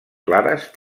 clares